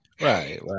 right